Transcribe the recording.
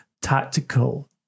tactical